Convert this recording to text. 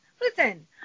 listen